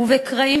בעיני,